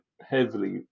heavily